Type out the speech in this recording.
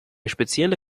spezielle